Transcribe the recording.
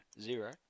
Zero